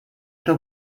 però